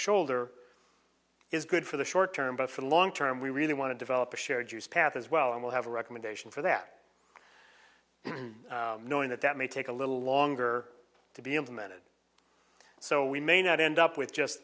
shoulder is good for the short term but for the long term we really want to develop a shared use path as well and we'll have a recommendation for that knowing that that may take a little longer to be implemented so we may not end up with just